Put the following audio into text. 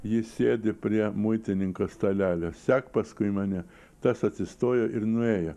jis sėdi prie muitininko stalelio sek paskui mane tas atsistojo ir nuėjo